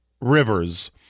Rivers